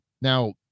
now